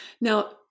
Now